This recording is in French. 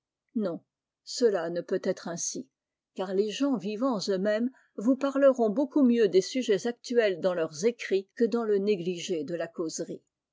non cela ne peut être ainsi car les gens vivants eux-mêmes vous parleront beaucoup mieux des sujets actuels dans leurs écrits que dans le négligé de la causerie